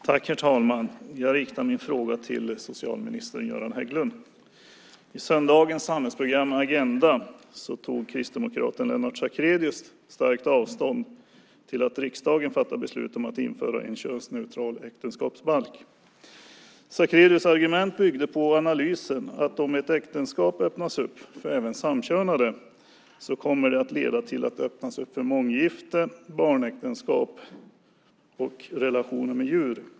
Herr talman! Jag riktar min fråga till socialminister Göran Hägglund. I söndagens samhällsprogram Agenda tog kristdemokraten Lennart Sacrédeus starkt avstånd från att riksdagen ska fatta beslut om att införa en könsneutral äktenskapsbalk. Lennart Sacrédeus argument byggde på analysen att om det öppnas för äktenskap även mellan samkönade kommer det att leda till att det även öppnas för månggifte, barnäktenskap och relationer med djur.